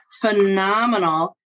phenomenal